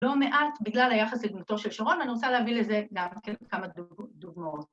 ‫לא מעט בגלל היחס לדמותו של שרון, ‫אני רוצה להביא לזה גם כמה דוגמאות.